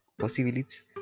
possibilities